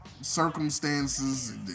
circumstances